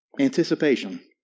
anticipation